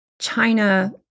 China